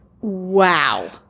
Wow